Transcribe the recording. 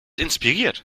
inspiriert